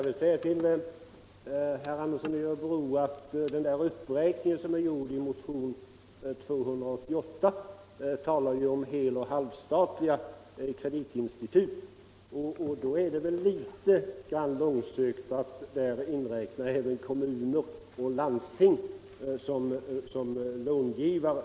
Herr talman! Uppräkningen i motionen 288, herr Andersson i Örebro, gäller hel och halvstatliga kreditinstitut. Då är det väl litet långsökt att även räkna in kommuner och landsting som långivare.